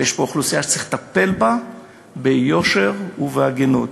ויש פה אוכלוסייה שצריך לטפל בה ביושר ובהגינות,